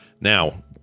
Now